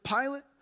Pilate